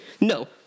No